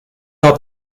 out